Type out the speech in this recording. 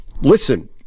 listen